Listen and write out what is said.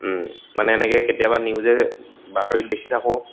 মানে এনেকৈ কেতিয়াবা নিউজে বাতৰিত দেখি থাকোঁ